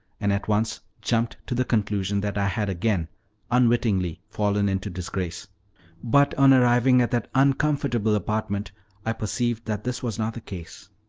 and at once jumped to the conclusion that i had again unwittingly fallen into disgrace but on arriving at that uncomfortable apartment i perceived that this was not the case.